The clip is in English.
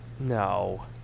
No